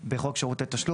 בחוק שירותי תשלום.